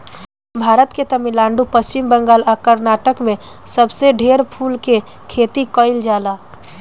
भारत के तमिलनाडु, पश्चिम बंगाल आ कर्नाटक में सबसे ढेर फूल के खेती कईल जाला